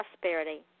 prosperity